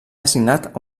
assignat